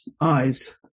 eyes